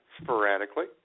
sporadically